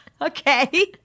Okay